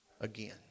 again